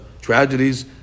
tragedies